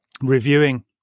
reviewing